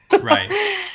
Right